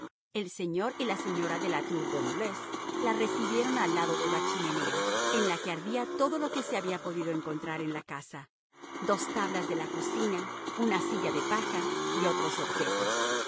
el señor y la señora de la tour de embleuse la recibieron al lado de la chimenea en la que ardía todo lo que se había podido encontrar en la casa dos tablas de la cocina una silla de paja y otros objetos